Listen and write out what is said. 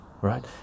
right